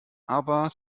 aber